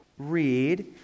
read